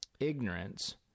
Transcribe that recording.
Ignorance